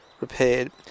repaired